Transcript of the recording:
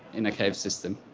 in the cave system.